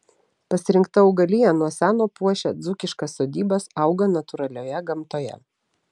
pasirinkta augalija nuo seno puošia dzūkiškas sodybas auga natūralioje gamtoje